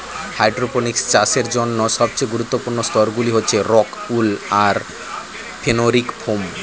hydroponics চাষের জন্য সবচেয়ে গুরুত্বপূর্ণ স্তরগুলি হচ্ছে রক্ উল আর ফেনোলিক ফোম